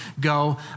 go